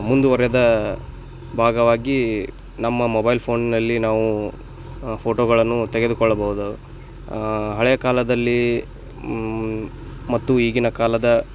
ಮುಂದುವರೆದ ಭಾಗವಾಗಿ ನಮ್ಮ ಮೊಬೈಲ್ ಫೋನ್ನಲ್ಲಿ ನಾವು ಫೋಟೋಗಳನ್ನು ತೆಗೆದುಕೊಳ್ಳಬೌದು ಹಳೆಯ ಕಾಲದಲ್ಲಿ ಮತ್ತು ಈಗಿನ ಕಾಲದ